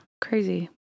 Crazy